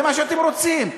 זה מה שאתם רוצים,